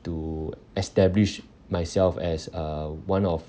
to establish myself as uh one of